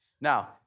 Now